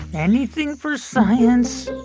anything for science.